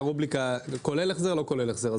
הייתה שם רובריקה: כולל החזר או לא כולל החזר.